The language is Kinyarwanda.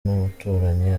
n’umuturanyi